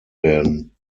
werden